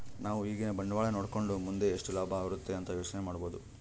ನಾವು ಈಗಿನ ಬಂಡವಾಳನ ನೋಡಕಂಡು ಮುಂದೆ ಎಷ್ಟು ಲಾಭ ಬರುತೆ ಅಂತ ಯೋಚನೆ ಮಾಡಬೋದು